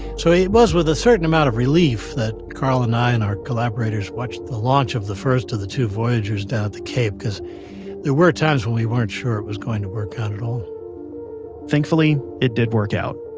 so, it was with a certain amount of relief that carl and i and our collaborators watched the launch of the first of the two voyagers down at the cape because there were times when we weren't sure it was going to work out at all thankfully it did work out.